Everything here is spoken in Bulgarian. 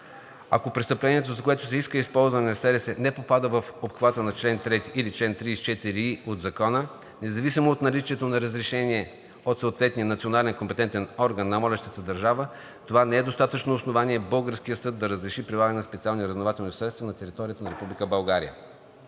Ако престъплението, за което се иска използване на СРС, не попада в обхвата на чл. 3 или чл. 34и от Закона, независимо от наличието на разрешение от съответния национален компетентен орган на молещата държава това не е достатъчно основание българският съд да разреши прилагане на специални разузнавателни средства на територията на Република